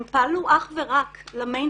הם פעלו אך ורק למיינטננס,